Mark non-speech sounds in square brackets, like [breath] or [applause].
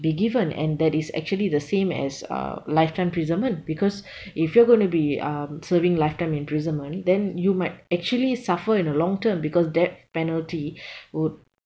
be given and that is actually the same as uh lifetime imprisonment because [breath] if you are going to be um serving lifetime imprisonment then you might actually suffer in the long term because death penalty [breath] would